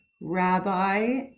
Rabbi